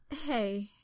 Hey